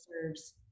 serves